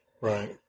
Right